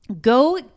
Go